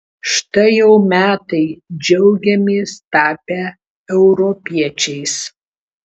štai jau metai džiaugiamės tapę europiečiais